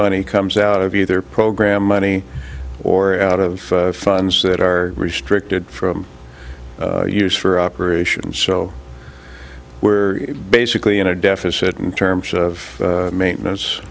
money comes out of either program money or out of funds that are restricted from use for operations so we're basically in a deficit in terms of maintenance